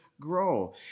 grow